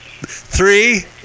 Three